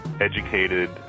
educated